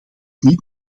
niet